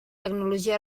tecnologia